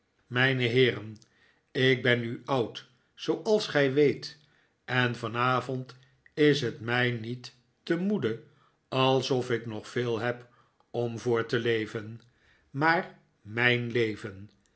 mijhe heeren ik ben nu oud zooals gij weet en vanayond is het mij niet te moede alsof ik nog veel heb om voor te leven maar mijn leven